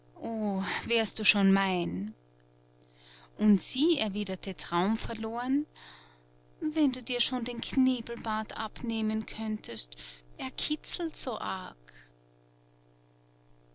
wärst du schon mein und sie erwiderte traumverloren wenn du dir schon den knebelbart abnehmen könntest er kitzelt so arg